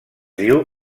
diu